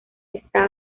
está